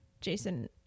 Jason